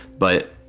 but